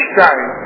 time